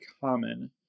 common